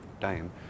time